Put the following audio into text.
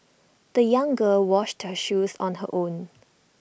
the young girl washed her shoes on her own